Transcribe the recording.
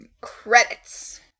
credits